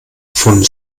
von